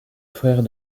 frère